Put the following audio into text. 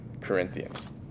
Corinthians